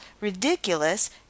ridiculous